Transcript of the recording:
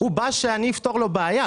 הוא בא שאני אפתור לו בעיה,